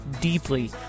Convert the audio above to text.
deeply